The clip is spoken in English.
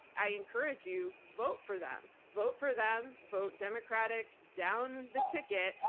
i encourage you, vote for them. vote for them, vote democratic down the ticket.